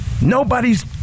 nobody's